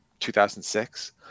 2006